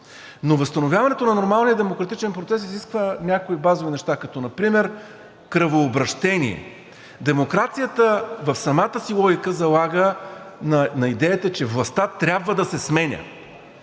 но възстановяването на нормалния демократичен процес изисква някои базови неща, като например кръвообращение. Демокрацията в самата си логика залага на идеята, че властта трябва да се сменя,